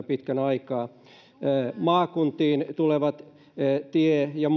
pitkän aikaa maakuntiin tulevilla tie ja